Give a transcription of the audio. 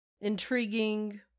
intriguing